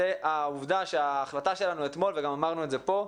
זה העובדה שההחלטה שלנו מאתמול וגם אמרנו את זה פה,